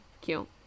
cute